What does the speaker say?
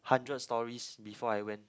hundred stories before I went